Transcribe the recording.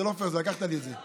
זה לא פייר, לקחת לי את זה.